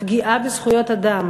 הפגיעה בזכויות אדם